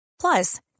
Plus